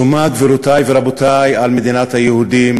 שומה, גבירותי ורבותי, על מדינת היהודים,